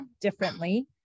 differently